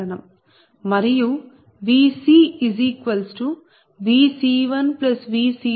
మరియు VcVc1Vc2Vc0